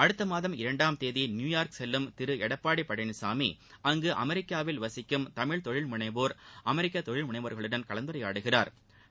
அடுத்த மாதம் இரண்டாம் தேதி நியுயாா்க் செல்லும் திரு எடப்பாடி பழனிசாமி அங்கு அமெரிக்காவில் வசிக்கும் தமிழ் தொழில்முனைவோா் அமெிக்க தொழில் முனைவோா்களுடன் கலந்துரையாடுகிறாா்